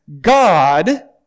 God